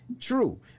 True